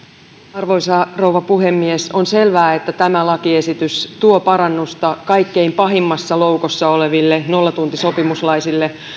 arvoisa rouva puhemies on selvää että tämä lakiesitys tuo parannusta kaikkein pahimmassa loukossa oleville nollatuntisopimuslaisille